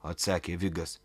atsakė vigas